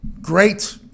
Great